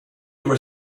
were